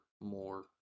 more